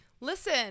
Listen